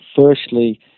Firstly